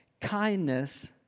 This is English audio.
Kindness